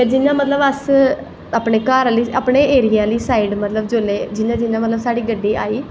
फिर जियां मतलव अस अपनें एरिये आह्ली साईड जिसलै जियां जियां मतलव साढ़ी गड्डी आई